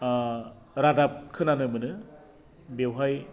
रादाब खोनानो मोनो बेवहाय